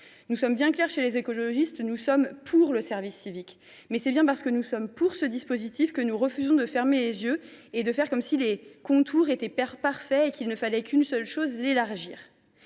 nous sommes bien clairs : nous sommes pour le service civique ! Mais c’est bien parce que nous sommes pour ce dispositif que nous refusons de fermer les yeux et de faire comme si les contours étaient parfaits et que la seule chose à faire